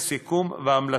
יצאו סיכום והמלצות.